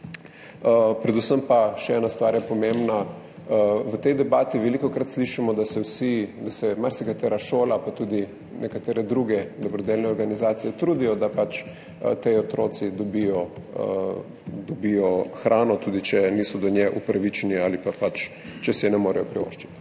Predvsem pa je še ena stvar pomembna. V tej debati velikokrat slišimo, da se marsikatera šola pa tudi nekatere druge dobrodelne organizacije trudijo, da ti otroci dobijo hrano, tudi če niso do nje upravičeni ali si je ne morejo privoščiti.